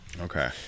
Okay